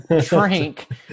drink